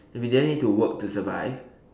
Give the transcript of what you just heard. if you didn't need to work to survive